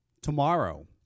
tomorrow